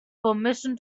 permission